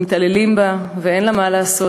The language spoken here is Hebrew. ומתעללים בה ואין לה מה לעשות.